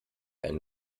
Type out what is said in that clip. ein